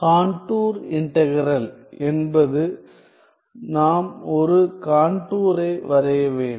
contour integral என்பது நாம் ஒரு கான்டூரை வரைய வேண்டும்